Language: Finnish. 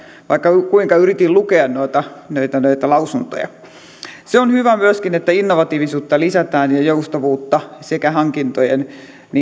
vaikka kuinka yritin lukea noita noita lausuntoja se on hyvä myöskin että innovatiivisuutta lisätään ja joustavuutta sekä hankintojen